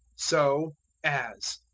so as.